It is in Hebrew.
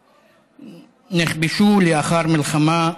נכבשו, לאחר מלחמה,